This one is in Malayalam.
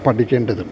പഠിക്കേണ്ടതും